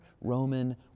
Roman